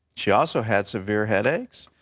she also had severe headaches.